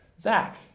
Zach